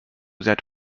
that